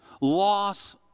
Loss